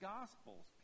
Gospels